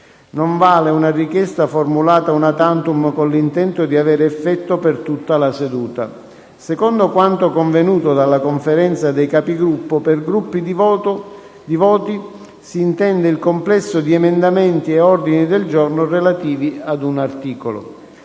Non vale una richiesta formulata una tantum con l’intento di avere effetto per tutta la seduta». Secondo quanto convenuto dalla Conferenza dei Capigruppo, per gruppi di voti si intende il complesso di emendamenti e ordini del giorno relativi ad un articolo.